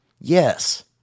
Yes